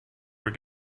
were